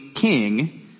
king